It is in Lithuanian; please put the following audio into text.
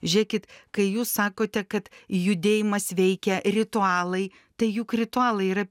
žiūrėkit kai jūs sakote kad judėjimas veikia ritualai tai juk ritualai yra